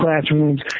classrooms